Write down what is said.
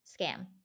scam